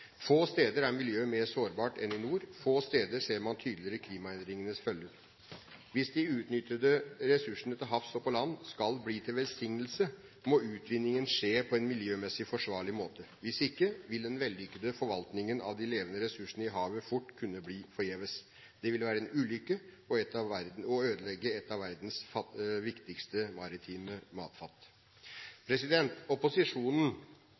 Få steder er miljøet mer sårbart enn i nord. Få steder ser man tydeligere klimaendringenes følger. Hvis de uutnyttede ressursene til havs og på land skal bli til velsignelse, må utvinningen skje på en miljømessig forsvarlig måte. Hvis ikke vil den vellykkede forvaltningen av de levende ressursene i havet fort kunne bli forgjeves. Det vil være en ulykke og ødelegge et av verdens viktigste maritime matfat. Opposisjonen